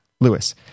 Lewis